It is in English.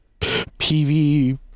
PV